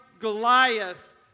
Goliath